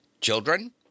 children